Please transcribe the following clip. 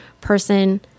person